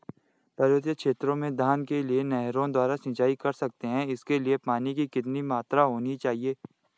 पर्वतीय क्षेत्रों में धान के लिए नहरों द्वारा सिंचाई कर सकते हैं इसके लिए पानी की कितनी मात्रा होनी चाहिए?